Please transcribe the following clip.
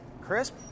crisp